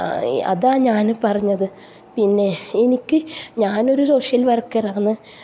അതാ ഞാൻ പറഞ്ഞത് പിന്നെ എനിക്ക് ഞാനൊരു സോഷ്യൽ വർക്കറാന്ന്